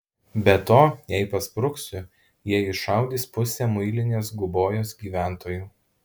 be to jei paspruksiu jie iššaudys pusę muilinės gubojos gyventojų